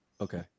Okay